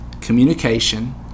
communication